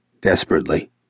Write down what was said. Desperately